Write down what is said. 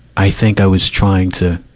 i think i was trying to,